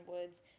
woods